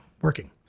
working